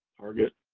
target,